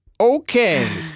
Okay